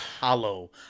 hollow